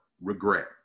regret